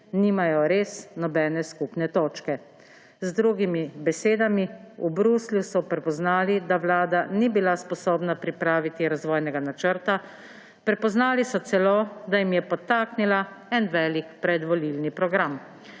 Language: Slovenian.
nimajo res nobene skupne točke. Z drugimi besedami, v Bruslju so prepoznali, da Vlada ni bila sposobna pripraviti razvojnega načrta. Prepoznali so celo, da jim je podtaknila en velik predvolilni program.